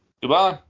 Goodbye